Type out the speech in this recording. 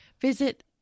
visit